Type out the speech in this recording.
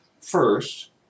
First